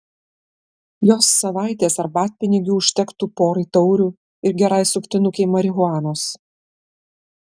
jos savaitės arbatpinigių užtektų porai taurių ir gerai suktinukei marihuanos